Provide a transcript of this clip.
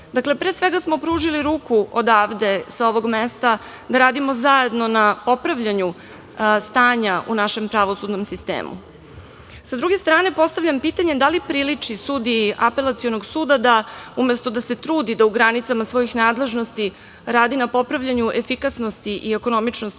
Dakle, pre svega smo pružili ruku odavde sa ovog mesta, da radimo zajedno na popravljanju stanja u našem pravosudnom sistemu. Sa druge strane, postavljam pitanje - da li priliči sudiji Apelacionog suda da umesto da se trudi da u granicama svojih nadležnosti radi na popravljanju efikasnosti i ekonomičnosti